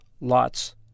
lots